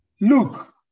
look